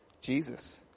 Jesus